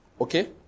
okay